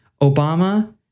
Obama